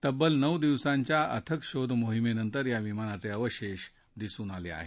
तब्बल नऊ दिवसांच्या अथक शोध मोहिमेनंतर या विमानाचे अवशेष दिसून आले आहेत